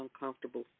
uncomfortable